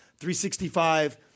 365